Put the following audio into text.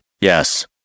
Yes